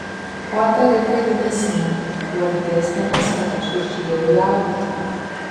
kuo tarifai didesni tuo didesnė paskata šešėliui augti